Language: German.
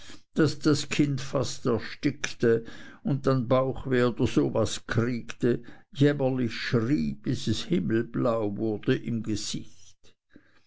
daß das kind erst fast erstickte und dann bauchweh oder so was kriegte jämmerlich schrie bis es himmelblau wurde im gesicht